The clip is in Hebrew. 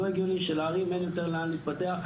לא הגיוני שלערים אין יותר לאן להתפתח,